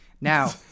Now